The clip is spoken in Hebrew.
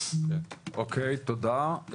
אוקיי, תודה.